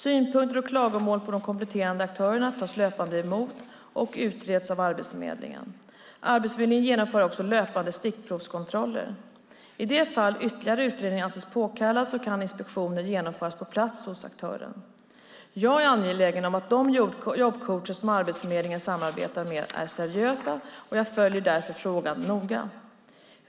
Synpunkter och klagomål på de kompletterande aktörerna tas löpande emot och utreds av Arbetsförmedlingen. Arbetsförmedlingen genomför också löpande stickprovskontroller. I de fall ytterligare utredning anses påkallad kan inspektioner genomföras på plats hos aktören. Jag är angelägen om att de jobbcoacher som Arbetsförmedlingen samarbetar med är seriösa, och jag följer därför frågan noga.